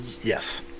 Yes